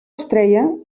estrella